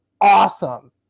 awesome